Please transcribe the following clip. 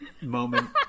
moment